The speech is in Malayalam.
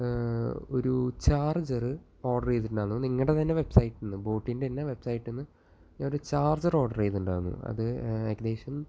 ഒരു ചാർജറ് ഓർഡർ ചെയ്തിട്ടുണ്ടായിരുന്നു അത് നിങ്ങളുടെ തന്നെ വെബ്സൈറ്റിൽ നിന്ന് ബോട്ടിന്റെ തന്നെ വെബ്സൈറ്റിൽ നിന്ന് ഒരു ചാർജർ ഓർഡർ ചെയ്തിട്ടുണ്ടായിരുന്നു അത് ഏകദേശം